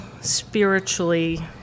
spiritually